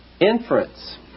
inference